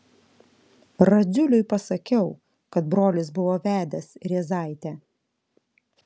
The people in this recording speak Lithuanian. radziuliui pasakiau kad brolis buvo vedęs rėzaitę